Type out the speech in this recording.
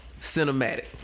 cinematic